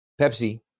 Pepsi